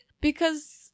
because-